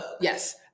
yes